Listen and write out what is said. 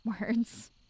words